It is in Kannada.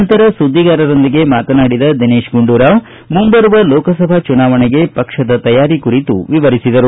ನಂತರ ಸುದ್ದಿಗಾರರೊಂದಿಗೆ ದಿನೇತ್ ಗುಂಡೂರಾವ್ ಮುಂಬರುವ ಲೋಕಸಭಾ ಚುನಾವಣೆಗೆ ಪಕ್ಷದ ತಯಾರಿ ಕುರಿತು ವಿವರಿಸಿದರು